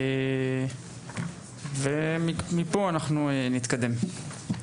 ומפה נתקדם.